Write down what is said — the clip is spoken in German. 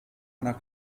einer